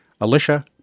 Alicia